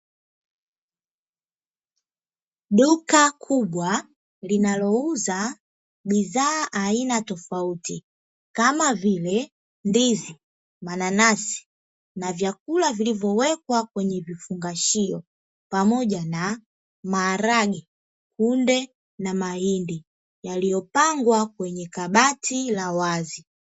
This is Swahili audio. Duka kubwa linalouza bidhaa aina tofauti kama vile ndizi, mananasi na vyakula vilivyowekwa kwenye vifungashio, pamoja na maharage, kunde na mahindi yaliyopangwa kwenye kabati la wazi.